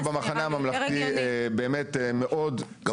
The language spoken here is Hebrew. אנחנו במחנה הממלכתי באמת מאוד תומכים --- גם